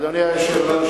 אדוני היושב-ראש,